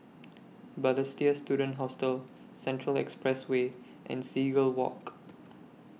Balestier Student Hostel Central Expressway and Seagull Walk